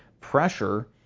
pressure